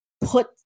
put